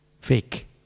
Fake